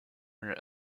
her